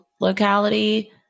locality